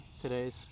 today's